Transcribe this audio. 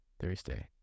Thursday